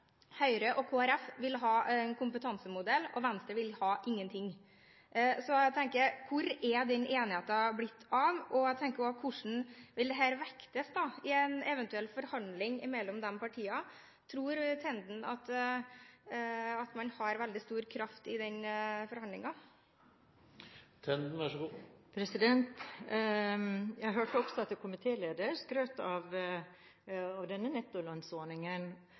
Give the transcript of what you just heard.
ha en kompetansemodell, og Venstre vil ha ingenting. Så jeg tenker: Hvor er den enigheten blitt av? Jeg tenker også: Hvordan vil dette vektes i en eventuell forhandling mellom de partiene? Tror Tenden at man har veldig stor kraft i den forhandlingen? Jeg hørte også at komitélederen skrøt av denne nettolønnsordningen,